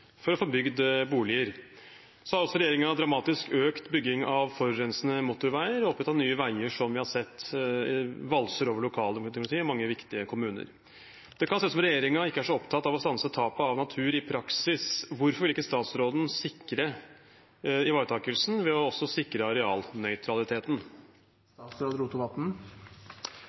for å få bygd boliger. Regjeringen har også dramatisk økt bygging av forurensende motorveier og opprettet Nye Veier, som vi har sett valser over lokaldemokratiet i mange viktige kommuner. Det kan se ut som at regjeringen ikke er så opptatt av å stanse tapet av natur i praksis. Hvorfor vil ikke statsråden sikre ivaretakelsen ved også å sikre arealnøytraliteten?